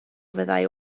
fyddai